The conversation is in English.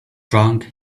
drunk